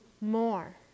more